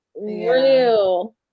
Real